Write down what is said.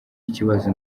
ikibazo